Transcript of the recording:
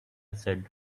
said